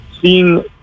seeing